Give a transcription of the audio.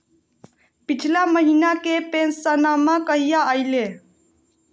पिछला महीना के पेंसनमा कहिया आइले?